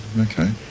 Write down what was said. Okay